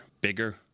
bigger